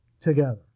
together